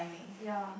ya